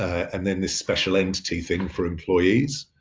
and then the special entity thing for employees.